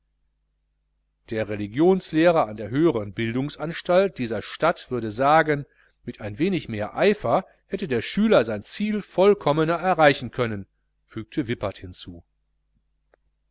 der religionslehrer an der höheren bildungsanstalt dieser stadt würde sagen mit ein wenig mehr eifer hätte der schüler sein ziel vollkommener erreichen können fügte wippert hinzu